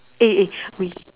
eh eh we